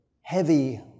heavy